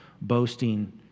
boasting